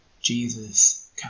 Jesus